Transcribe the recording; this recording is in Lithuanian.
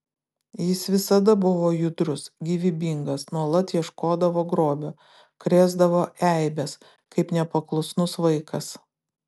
jis visada buvo judrus gyvybingas nuolat ieškodavo grobio krėsdavo eibes kaip nepaklusnus vaikas